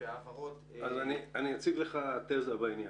בהעברות --- אני אציג לך תזה בעניין: